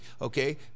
okay